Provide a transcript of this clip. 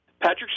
Patrick